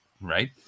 right